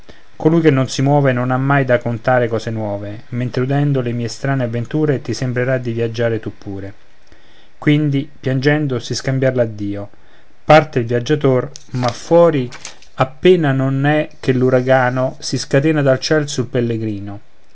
colui che non si muove non ha mai da contare cose nuove mentre udendo le mie strane avventure ti sembrerà di viaggiar tu pure quindi piangendo si scambiar l'addio parte il viaggiator ma fuori appena non è che l'uragano si scatena dal ciel sul pellegrino